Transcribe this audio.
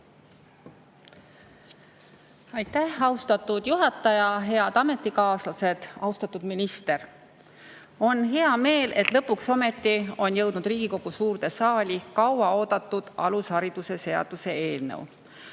Aitäh, austatud juhataja! Head ametikaaslased! Austatud minister! On hea meel, et lõpuks ometi on jõudnud Riigikogu suurde saali kauaoodatud alusharidusseaduse eelnõu.